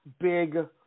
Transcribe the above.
big